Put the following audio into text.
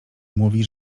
mówi